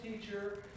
teacher